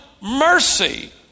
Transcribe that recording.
mercy